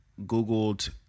Googled